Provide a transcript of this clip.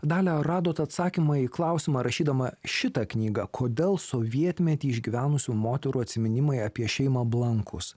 dalia ar radot atsakymą į klausimą rašydama šitą knygą kodėl sovietmetį išgyvenusių moterų atsiminimai apie šeimą blankūs